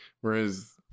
whereas